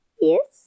Yes